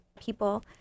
people